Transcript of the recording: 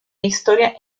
historia